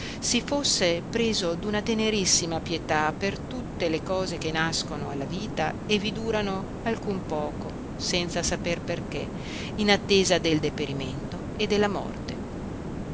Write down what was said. si fosse preso d'una tenerissima pietà per tutte le cose che nascono alla vita e vi durano alcun poco senza saper perché in attesa del deperimento e della morte